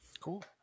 Cool